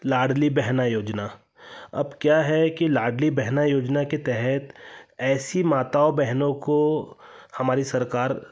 लाडली बहना योजना अब क्या है कि लाडली बहना योजना के तहत ऐसी माताओं बहनों को हमारी सरकार